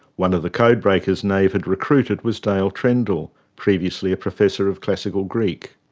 one of the code breakers nave had recruited was dale trendall, previously a professor of classical greek.